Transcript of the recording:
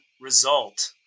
result